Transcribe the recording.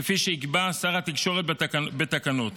כפי שיקבע שר התקשורת בתקנות,